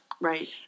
Right